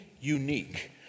unique